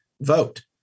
vote